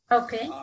okay